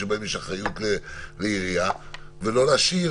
שבהם יש אחריות לעירייה ולא להשאיר